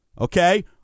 Okay